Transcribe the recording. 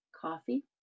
coffee